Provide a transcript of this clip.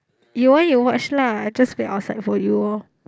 you want you watch lah I will just wait outside for you all